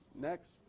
Next